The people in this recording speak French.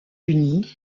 unis